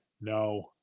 No